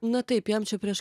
na taip jam čia prieš